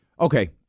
Okay